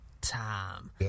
time